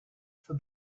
for